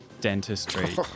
Dentistry